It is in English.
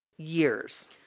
years